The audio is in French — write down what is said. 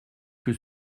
que